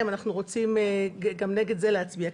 אם אנחנו רוצים גם נגד זה להצביע.